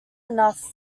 enough